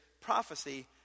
prophecy